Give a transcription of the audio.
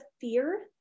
fear